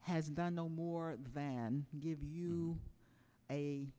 has done no more than give you